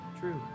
true